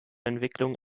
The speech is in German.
entwicklung